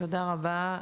תודה רבה.